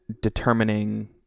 determining